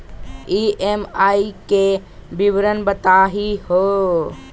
EMI के विवरण बताही हो?